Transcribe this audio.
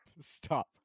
Stop